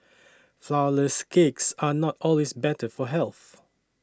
Flourless Cakes are not always better for health